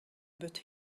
but